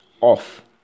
off